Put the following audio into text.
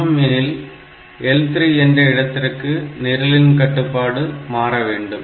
சமம் எனில் L3 என்ற இடத்திற்கு நிரலின் கட்டுப்பாடு மாறவேண்டும்